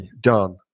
done